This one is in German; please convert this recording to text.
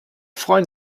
freuen